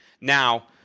Now